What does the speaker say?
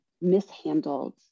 mishandled